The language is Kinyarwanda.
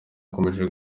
bakomeye